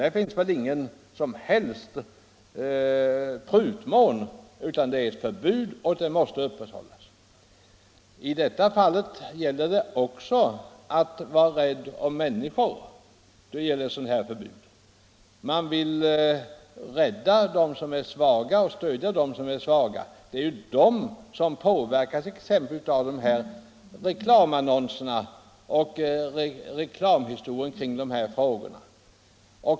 Där finns ingen som helst prutmån, utan det förbudet måste upprätthållas. Också i den fråga som vi nu diskuterar gäller det omsorgen om människor. Vi vill stödja och rädda de svaga, ty det är ju de människorna som påverkas av de annonser som vi här talar om.